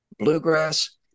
Bluegrass